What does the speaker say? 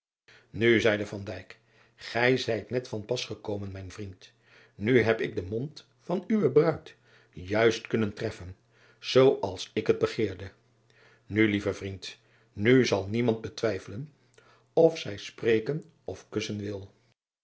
u zeide gij zijt net van pas gekomen mijn vriend u heb ik den mond van uwe bruid juist kunnen treffen zoo als ik het begeerde u lieve vriend nu zal niemand twijfelen of zij spreken of kussen wil